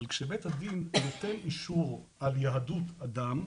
אבל כשבית הדין נותן אישור על יהדות אדם,